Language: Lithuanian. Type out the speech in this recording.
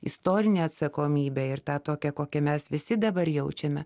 istorinę atsakomybę ir tą tokią kokią mes visi dabar jaučiame